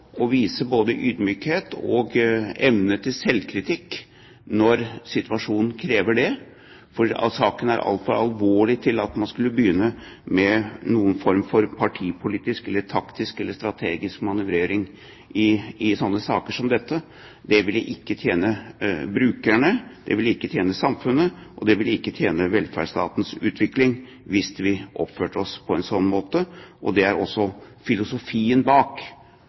å vise både ydmykhet og evne til selvkritikk når situasjonen krever det, for saken er altfor alvorlig til at man skal begynne med noen form for partipolitisk, taktisk eller strategisk manøvrering. Det ville ikke tjent brukerne, det ville ikke tjent samfunnet, og det ville ikke tjent velferdsstatens utvikling hvis vi oppførte oss på en sånn måte. Det er også filosofien bak